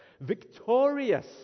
victorious